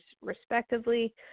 respectively